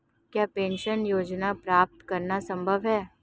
क्या पेंशन योजना प्राप्त करना संभव है?